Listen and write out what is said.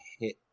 hit